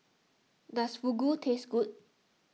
does Fugu taste good